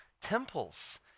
temples